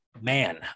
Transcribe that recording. man